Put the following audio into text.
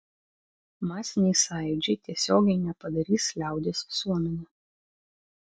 masiniai sąjūdžiai tiesiogiai nepadarys liaudies visuomene